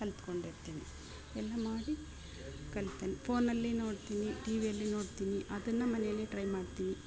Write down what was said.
ಕಲಿತ್ಕೊಂಡಿರ್ತಿನಿ ಎಲ್ಲ ಮಾಡಿ ಕಲಿತೇನೆ ಫೋನಿನಲ್ಲಿ ನೋಡ್ತೀನಿ ಟಿ ವಿಯಲ್ಲಿ ನೋಡ್ತೀನಿ ಅದನ್ನು ಮನೆಯಲ್ಲಿ ಟ್ರೈ ಮಾಡ್ತೀನಿ